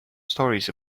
stories